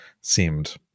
seemed